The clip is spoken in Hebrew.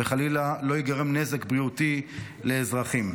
וחלילה לא ייגרם נזק בריאותי לאזרחים.